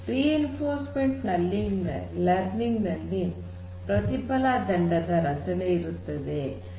reinforcement learning ನಲ್ಲಿ ಪ್ರತಿಫಲ ದಂಡದ ರಚನೆಯಿರುತ್ತದೆ